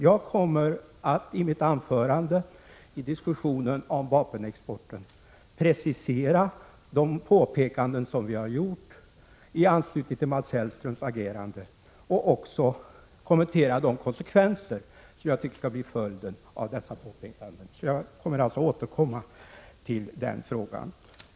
Jag kommer i mitt anförande i diskussionen om vapenexporten att precisera de påpekanden som utskottet har gjort i anslutning till Mats Hellströms agerande och också kommentera de konsekvenser som jag tycker skall bli följden av dessa påpekanden. Jag återkommer alltså till den frågan.